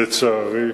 הבעיה קיימת, לצערי.